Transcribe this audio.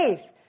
faith